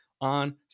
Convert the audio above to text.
on